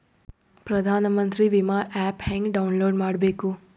ಪ್ರಧಾನಮಂತ್ರಿ ವಿಮಾ ಆ್ಯಪ್ ಹೆಂಗ ಡೌನ್ಲೋಡ್ ಮಾಡಬೇಕು?